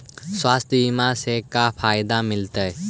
स्वास्थ्य बीमा से का फायदा मिलतै?